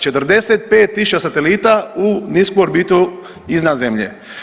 45000 satelita u nisku orbitu iznad zemlje.